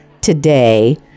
Today